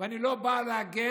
ואני לא בא להגן